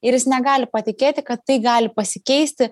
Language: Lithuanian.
ir jis negali patikėti kad tai gali pasikeisti